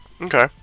okay